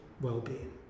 well-being